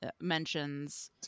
mentions